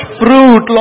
fruit